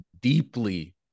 deeply